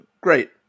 great